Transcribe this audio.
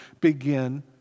begin